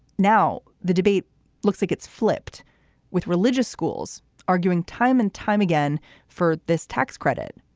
now the debate looks like it's flipped with religious schools arguing time and time again for this tax credit.